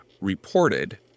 reported